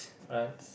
France